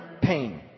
pain